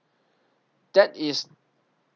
that is